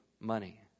money